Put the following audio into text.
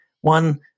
One